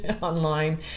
online